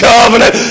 Covenant